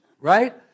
right